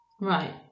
Right